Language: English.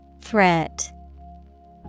Threat